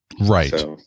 right